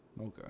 Okay